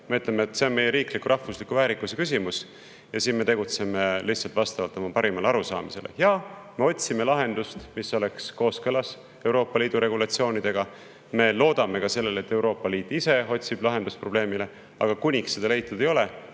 me ütleme, et see on meie riikliku, rahvusliku väärikuse küsimus ja me tegutseme lihtsalt vastavalt oma parimale arusaamisele. Jaa, me otsime lahendust, mis oleks kooskõlas Euroopa Liidu regulatsioonidega, me loodame ka sellele, et Euroopa Liit ise otsib probleemile lahendust, aga kuniks seda leitud ei ole,